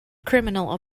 criminal